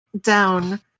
down